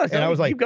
i was like.